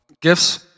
gifts